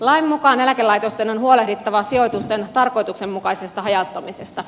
lain mukaan eläkelaitosten on huolehdittava sijoitusten tarkoituksenmukaisesta hajauttamisesta